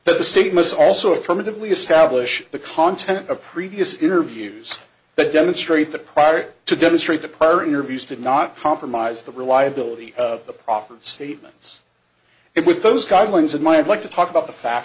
but the state must also affirmatively establish the content of previous interviews that demonstrate that prior to demonstrate the prior interviews did not compromise the reliability of the proper statements and with those guidelines and might like to talk about the fact